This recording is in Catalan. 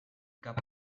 cap